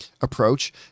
approach